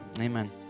amen